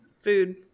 food